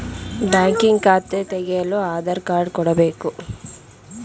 banking ಖಾತೆ ತೆಗೆಯಲು Aadhaar card ಕೊಡಬೇಕು